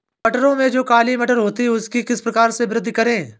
मटरों में जो काली मटर होती है उसकी किस प्रकार से वृद्धि करें?